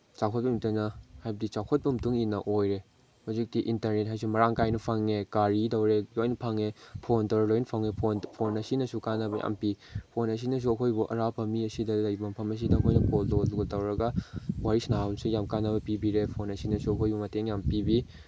ꯆꯥꯎꯈꯠꯄꯒꯤ ꯃꯇꯨꯡꯏꯟꯅ ꯍꯥꯏꯕꯗꯤ ꯆꯥꯎꯈꯠꯄꯒꯤ ꯃꯇꯨꯡꯏꯟꯅ ꯑꯣꯏꯔꯦ ꯍꯧꯖꯤꯛꯇꯤ ꯏꯟꯇꯔꯅꯦꯠ ꯍꯥꯏꯁꯨ ꯃꯔꯥꯡ ꯀꯥꯏꯅ ꯐꯪꯉꯦ ꯒꯥꯔꯤ ꯗꯧꯔꯦ ꯂꯣꯏꯅ ꯐꯪꯉꯦ ꯐꯣꯟ ꯇꯧꯔ ꯂꯣꯏꯅ ꯐꯪꯉꯦ ꯐꯣꯟ ꯐꯣꯟ ꯑꯁꯤꯅꯁꯨ ꯀꯥꯅꯕ ꯌꯥꯝ ꯄꯤ ꯐꯣꯟ ꯑꯁꯤꯅꯁꯨ ꯑꯩꯈꯣꯏꯕꯨ ꯑꯔꯥꯞꯄ ꯃꯤ ꯑꯁꯤꯗ ꯂꯩꯕ ꯃꯐꯝ ꯑꯁꯤꯗ ꯑꯩꯈꯣꯏꯅ ꯐꯣꯟ ꯀꯣꯜ ꯇꯧꯔꯒ ꯋꯥꯔꯤ ꯁꯥꯅꯕꯁꯨ ꯌꯥꯝ ꯀꯥꯟꯅꯕ ꯄꯤꯕꯤꯔꯦ ꯐꯣꯟ ꯑꯁꯤꯅꯁꯨ ꯑꯩꯈꯣꯏꯕꯨ ꯃꯇꯦꯡ ꯌꯥꯝ ꯄꯤꯕꯤ